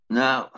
now